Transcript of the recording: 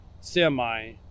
semi